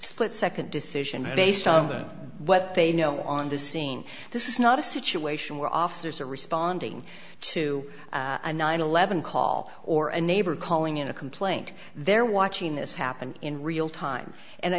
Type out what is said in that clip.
split second decision based on their what they know on the scene this is not a situation where officers are responding to a nine eleven call or a neighbor calling in a complaint they're watching this happen in real time and i